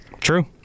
True